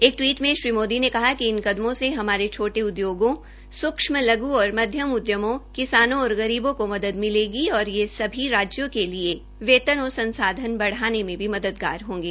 एक टवीट में श्री मोदी ने कहा कि इन कदमों से हमारे छोटे उद्योगों सूक्ष्म लघु और मध्यम उद्यमों किसानों और गरीबों को मदद मिलेगी और ये सभी राज्यों के लिए वेतन और संसाधन बढ़ाने में भी मददगार होंगे